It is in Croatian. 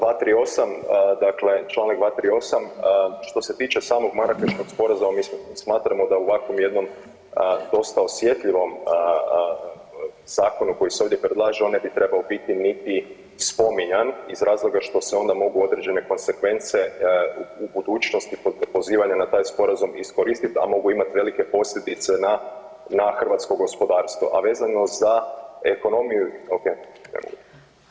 238., dakle čl. 238., što se tiče samog Marakeškog sporazuma, … [[Govornik se ne razumije]] smatramo da u ovakvom jednom dosta osjetljivom zakonu koji se ovdje predlaže ne bi trebao biti niti spominjan iz razloga što se onda mogu određene konsekvence u budućnosti pozivanja na taj sporazum iskoristit, a mogu imat velike posljedice na, na hrvatsko gospodarstvo, a vezano za ekonomiju, oke.